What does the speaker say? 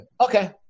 Okay